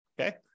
Okay